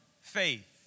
faith